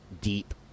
deep